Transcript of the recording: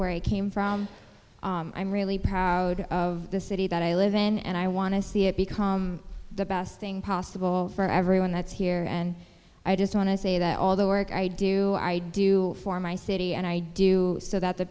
where i came from i'm really proud of the city that i live in and i want to see it become the best thing possible for every one that's here and i just want to say that all the work i do i do for my city and i do so that the